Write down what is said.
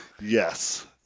yes